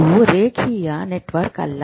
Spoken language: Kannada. ಇದು ರೇಖೀಯ ನೆಟ್ವರ್ಕ್ ಅಲ್ಲ